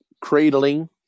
cradling